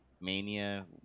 mania